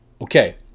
okay